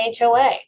HOA